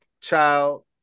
child